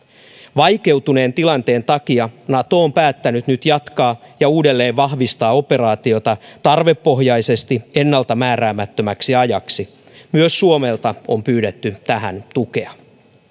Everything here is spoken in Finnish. vaikeutuneen tilanteen takia nato on päättänyt nyt jatkaa ja uudelleen vahvistaa operaatiota tarvepohjaisesti ennalta määräämättömäksi ajaksi myös suomelta on pyydetty tähän tukea